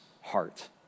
heart